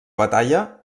batalla